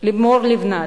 לימור לבנת,